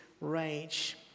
rage